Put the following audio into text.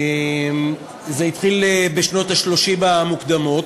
זה התחיל בשנות ה-30 המוקדמות,